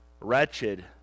wretched